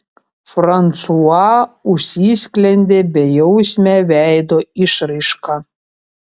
fransua užsisklendė bejausme veido išraiška